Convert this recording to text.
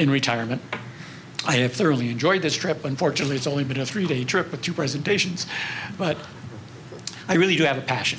in retirement i have thoroughly enjoyed this trip unfortunately it's only been a three day trip to presentations but i really do have a passion